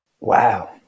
Wow